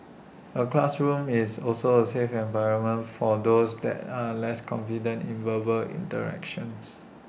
A classroom is also A 'safe' environment for those that are less confident in verbal interactions